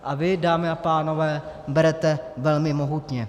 A vy, dámy a pánové, berete velmi mohutně.